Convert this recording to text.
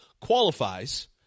qualifies